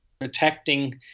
protecting